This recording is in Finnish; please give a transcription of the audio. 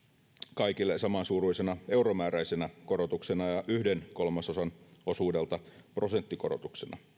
kaikille samansuuruisena euromääräisenä korotuksena ja yhden kolmasosan osuudelta prosenttikorotuksena